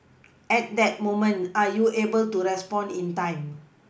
at that moment are you able to respond in time